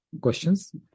questions